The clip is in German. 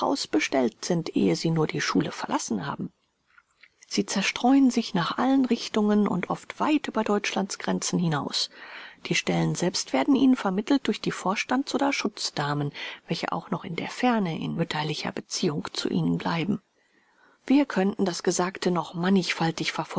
bestellt sind ehe sie nur die schule verlassen haben sie zerstreuen sich nach allen richtungen und oft weit über deutschland's gränzen hinaus die stellen selbst werden ihnen vermittelt durch die vorstands oder schutzdamen welche auch noch in der ferne in mütterlicher beziehung zu ihnen bleiben wir könnten das gesagte noch